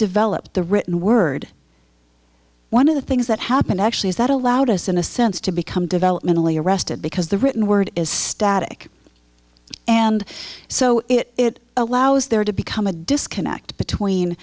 develop the written word one of the things that happened actually is that allowed us in a sense to become developmentally arrested because the written word is static and so it allows there to become a disconnect between